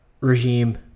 regime